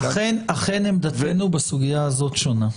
אכן עמדתנו בסוגיה הזאת שונה.